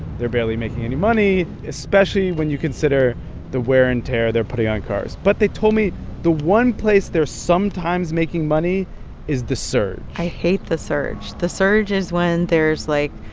they're barely making any money, especially when you consider the wear and tear they're putting on cars. but they told me the one place they're sometimes making money is the surge i hate the surge. the surge is when there's, like,